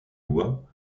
lois